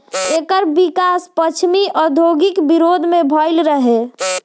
एकर विकास पश्चिमी औद्योगिक विरोध में भईल रहे